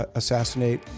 assassinate